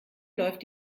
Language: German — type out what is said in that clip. läuft